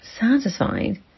satisfied